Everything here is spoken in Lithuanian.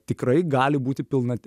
tikrai gali būti pilnat